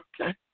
okay